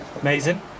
Amazing